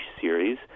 series